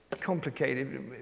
complicated